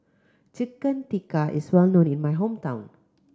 Chicken Tikka is well known in my hometown